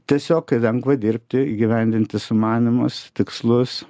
tiesiog lengva dirbti įgyvendinti sumanymus tikslus